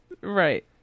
Right